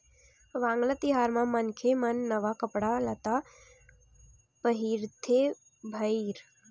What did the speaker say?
वांगला तिहार म मनखे मन नवा कपड़ा लत्ता पहिरथे भईर